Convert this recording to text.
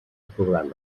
programa